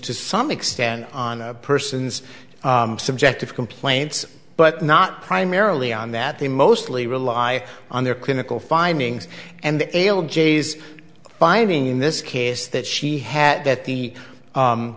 to some extent on a person's subjective complaints but not primarily on that they mostly rely on their clinical findings and the ale j s finding in this case that she had that the